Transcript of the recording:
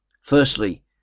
Firstly